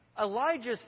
Elijah